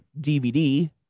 DVD